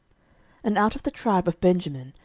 and out of the tribe of benjamin,